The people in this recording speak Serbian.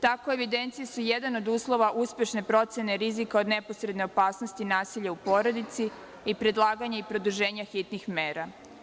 Takve evidencije su jedan od uslova uspešne procene rizika od neposredne opasnosti nasilja u porodici i predlaganja i produženja hitnih mera.